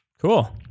Cool